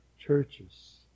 churches